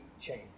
change